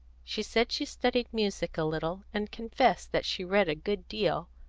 she said she studied music a little, and confessed that she read a good deal,